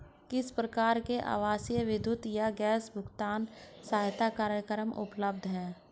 किस प्रकार के आवासीय विद्युत या गैस भुगतान सहायता कार्यक्रम उपलब्ध हैं?